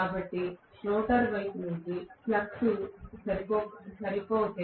కాబట్టి రోటర్ వైపు నుండి ఫ్లక్స్ సరిపోతే